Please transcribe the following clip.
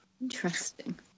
Interesting